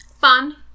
Fun